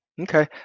Okay